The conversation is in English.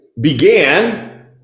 began